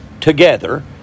together